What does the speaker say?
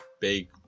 Big